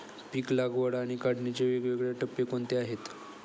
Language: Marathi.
पीक लागवड आणि काढणीचे वेगवेगळे टप्पे कोणते आहेत?